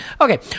okay